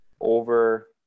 over